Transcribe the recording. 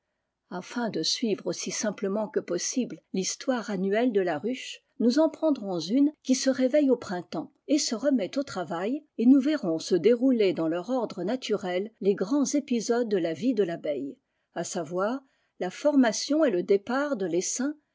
afin de suivre aussi simplement que possible rhistoire annuelle de la ruche nous en prendrons une qui se réveille au printemps et se remet au travail et nous verrons se dérouler dans leur ordre naturel les grands épisodes de la vie de l'abeille à savoir la formation et le départ de tessaim